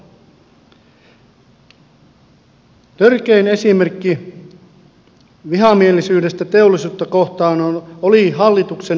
törkein esimerkki vihamielisyydestä teollisuutta kohtaan oli hallituksen stx projekti